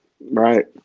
right